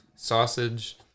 Sausage